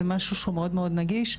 זה משהו שהוא מאוד מאוד נגיש.